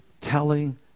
Telling